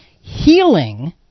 healing